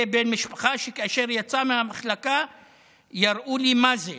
בן משפחה שכאשר אצא מהמחלקה יראו לי מה זה.